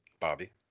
Bobby